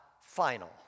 final